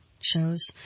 shows